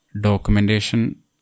documentation